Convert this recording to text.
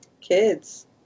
kids